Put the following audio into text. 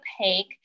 opaque